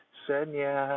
senya